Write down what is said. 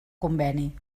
conveni